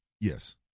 Yes